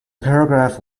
paragraph